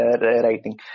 writing